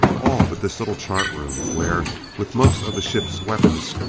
all but this little chart room, where, with most of the ship's weapons,